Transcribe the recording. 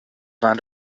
van